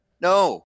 no